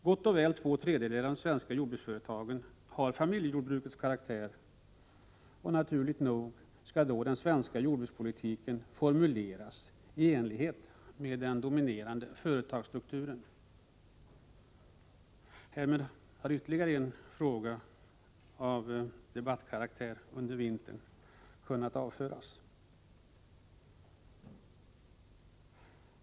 Gott och väl två tredjedelar av de svenska jordbruksföretagen har familjejordbrukets karaktär, och naturligt nog skall den svenska jordbrukspolitiken formuleras i enlighet med den dominerande företagsstrukturen. Härmed har ytterligare en fråga av debattkaraktär från i vintras kunnat avföras.